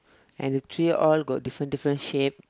and the tree all got different different shape